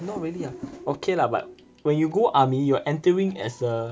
not really ah okay lah but when you go army you are entering as a